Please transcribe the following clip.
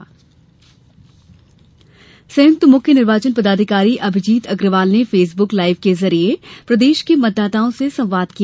मतदाता संवाद संयुक्त मुख्य निर्वाचन पदाधिकारी अभिजीत अग्रवाल ने फेसब्क लाइव के जरिए प्रदेश के मतदाताओं से संवाद किया